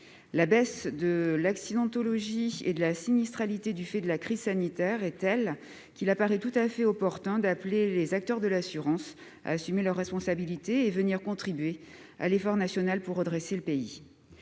La baisse de l'accidentologie et de la sinistralité du fait de la crise sanitaire est telle qu'il paraît tout à fait opportun d'appeler les acteurs de l'assurance à assumer leurs responsabilités et à contribuer à l'effort national pour redresser le pays.